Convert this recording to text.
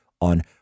on